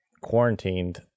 quarantined